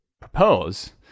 propose